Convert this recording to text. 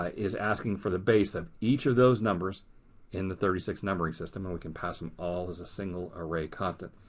ah is asking for the base of each of those numbers in the thirty six numbering system, and we can pass them all as a single array constant.